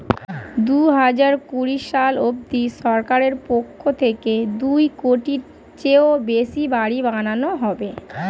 দুহাজার কুড়ি সাল অবধি সরকারের পক্ষ থেকে দুই কোটির চেয়েও বেশি বাড়ি বানানো হবে